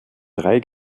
drei